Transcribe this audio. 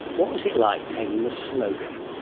what was it like tagging a sloth?